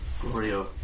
Glorio